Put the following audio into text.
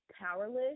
powerless